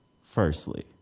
firstly